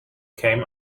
came